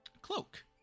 cloak